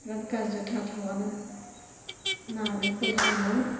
बिराद गाज्रि थार थावआनो नालेंखर थावमोन